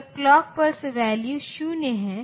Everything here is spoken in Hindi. की आवश्यकता होगी